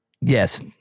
Yes